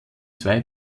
zwei